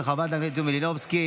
של חברת הכנסת יוליה מלינובסקי.